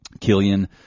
Killian